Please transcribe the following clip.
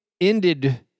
ended